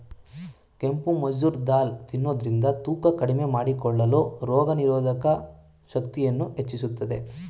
ಕೆಂಪು ಮಸೂರ್ ದಾಲ್ ತಿನ್ನೋದ್ರಿಂದ ತೂಕ ಕಡಿಮೆ ಮಾಡಿಕೊಳ್ಳಲು, ರೋಗನಿರೋಧಕ ಶಕ್ತಿಯನ್ನು ಹೆಚ್ಚಿಸುತ್ತದೆ